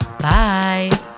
Bye